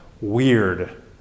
weird